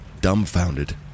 dumbfounded